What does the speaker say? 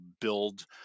build